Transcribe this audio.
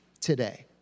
today